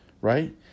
Right